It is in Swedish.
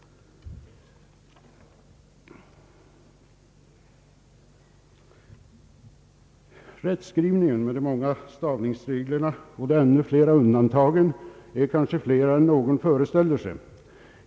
och de ymnigt förekommande undantagen är kanske flera än någon här föreställer sig.